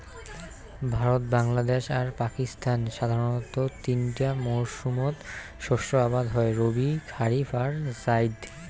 ভারত, বাংলাদ্যাশ আর পাকিস্তানত সাধারণতঃ তিনটা মরসুমত শস্য আবাদ হই রবি, খারিফ আর জাইদ